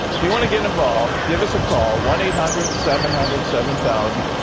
if you want to get involved, give us a call one eight hundred seven hundred seven thousand.